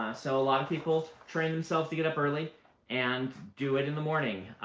so a lot of people train themselves to get up early and do it in the morning,